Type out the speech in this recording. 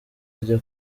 ajya